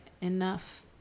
enough